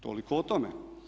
Toliko o tome.